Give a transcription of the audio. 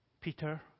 Peter